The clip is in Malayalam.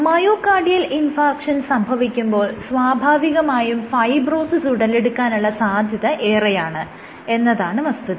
മയോകാർഡിയൽ ഇൻഫാർക്ഷൻ സംഭവിക്കുമ്പോൾ സ്വാഭാവികമായും ഫൈബ്രോസിസ് ഉടലെടുക്കാനുള്ള സാധ്യത ഏറെയാണ് എന്നതാണ് വസ്തുത